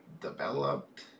developed